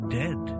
dead